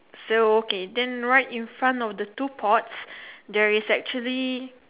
so okay then right in front of the two pots there is actually